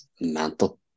mental